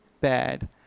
bad